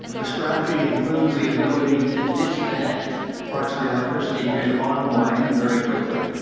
the strategy includes the ability to disconnect parts of the electricity grid on warning very quickly.